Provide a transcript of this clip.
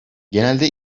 genelde